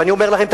ואני אומר לכם,